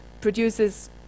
produces